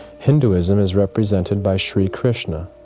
hinduism is represented by sri krishna,